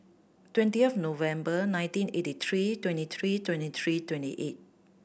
twenty of November nineteen eighty three twenty three twenty three twenty eight